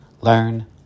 learn